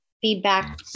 feedback